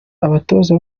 abatoza